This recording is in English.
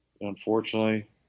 Unfortunately